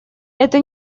это